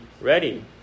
ready